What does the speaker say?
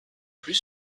plus